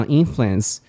influence